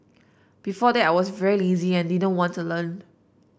before that I was very lazy and didn't want to learn